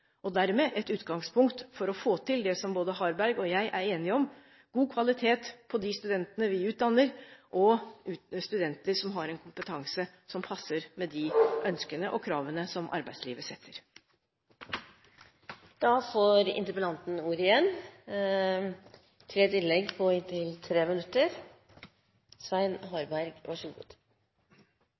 og dermed et utgangspunkt for å få til det som både Harberg og jeg er enige om: God kvalitet på de studentene vi utdanner, og studenter som har en kompetanse som passer med de ønskene og kravene som arbeidslivet